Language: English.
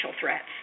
threats